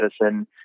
medicine